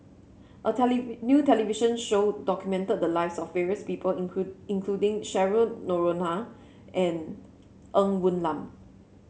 a new television show documented the lives of various people including Cheryl Noronha and Ng Woon Lam